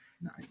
Nice